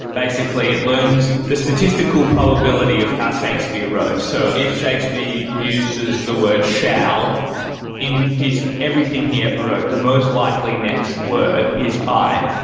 basically it learns the statistical probability of how shakespeare wrote. so if shakespeare uses the word shall in everything he ever wrote, the most likely next word is i,